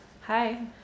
Hi